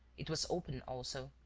it was open also.